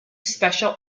special